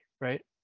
right